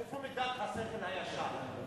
איפה מידת השכל הישר?